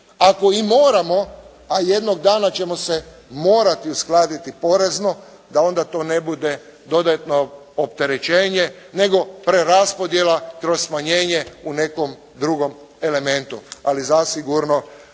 Ako i moramo, a jednog dana ćemo se morati uskladiti porezno, da onda to ne bude dodatno opterećenje nego preraspodjela kroz smanjenje u nekom drugom elementu, ali zasigurno